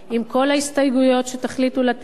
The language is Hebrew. עם כל ההסתייגויות שתחליטו לתת.